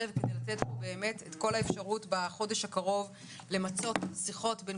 וכדי לתת את כל האפשרות בחודש הקרוב למצות שיחות בין